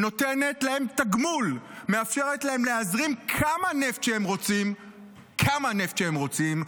נותנת להם תגמול: מאפשרת להם להזרים כמה נפט שהם רוצים,